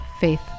faith